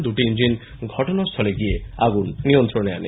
দুটি ইঞ্জিন ঘটনাস্থলে গিয়ে আগুন নিয়ন্ত্রণে আনে